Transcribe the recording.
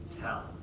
tell